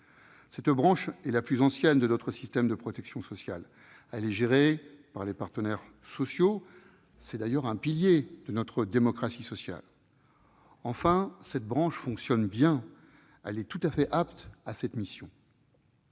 Cette branche est la plus ancienne de notre système de protection sociale. Elle est gérée par les partenaires sociaux, et c'est d'ailleurs un pilier de notre démocratie sociale. Enfin, cette branche fonctionne bien. Elle est tout à fait apte à cette mission.